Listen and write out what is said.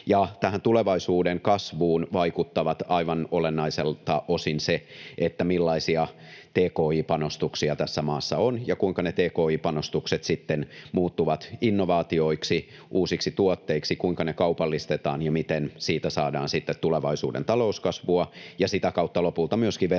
Tähän tulevaisuuden kasvuun vaikuttavat aivan olennaiselta osin, millaisia tki-panostuksia tässä maassa on ja kuinka ne tki-panostukset sitten muuttuvat innovaatioiksi, uusiksi tuotteiksi, kuinka ne kaupallistetaan ja miten siitä saadaan tulevaisuuden talouskasvua ja sitä kautta lopulta myöskin verotuloja